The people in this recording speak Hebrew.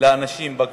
לאנשים בכביש.